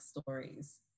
stories